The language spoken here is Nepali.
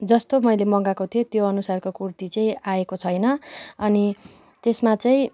जस्तो मैले मगाको थिएँ त्यो अनुसारको कुर्ती चाहिँआएको छैन अनि त्यसमा चाहिँ